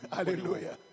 Hallelujah